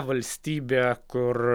valstybė kur